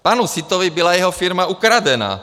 Panu Sittovi byla jeho firma ukradena.